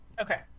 okay